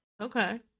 Okay